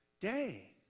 day